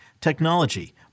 technology